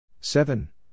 seven